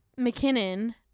McKinnon